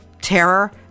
terror